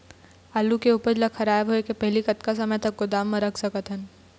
आलू के उपज ला खराब होय के पहली कतका समय तक गोदाम म रख सकत हन?